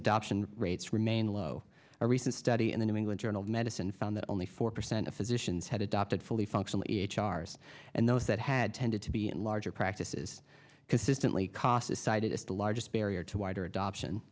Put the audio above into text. adoption rates remain low a recent study in the new england journal of medicine found that only four percent of physicians had adopted fully functional e h r s and those that had tended to be in larger practices consistently casas cited as the largest barrier to wider adoption